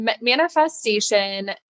manifestation